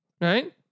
Right